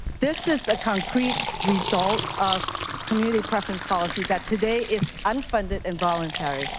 this is a concrete result, of community preference policy that today is unfunded and voluntary.